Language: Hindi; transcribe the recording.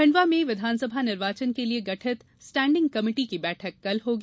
खण्डवा में विधानसभा निर्वाचन के लिए गठित स्टैण्डिंग कमेटी की बैठक कल होगी